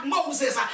Moses